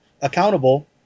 accountable